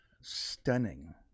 stunning